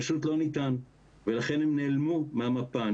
פשוט לא ניתן ולכן הם נעלמו מהמפה.